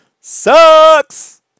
sucks